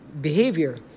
behavior